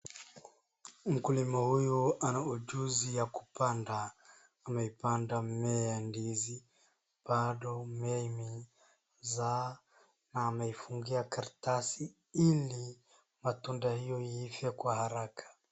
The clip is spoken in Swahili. Mkulima huyu ana ujuzi ya kupanda, amepanda mmea ya ndizi bado mmea imezaa na ameifungia karatasi ili matunda hiyo iive kwa haraka.